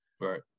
Right